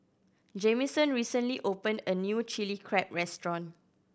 Jamison recently opened a new Chilli Crab restaurant